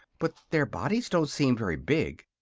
but their bodies don't seem very big.